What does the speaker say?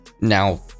now